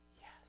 Yes